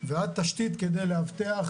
ועד תשתית כדי לאבטח,